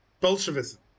Bolshevism